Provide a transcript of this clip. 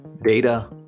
Data